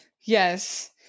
Yes